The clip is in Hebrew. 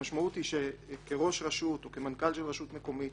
המשמעות היא שכראש רשות או כמנכ"ל של רשות מקומית